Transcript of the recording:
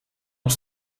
nog